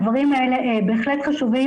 הדברים האלה אמת חשובים,